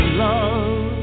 love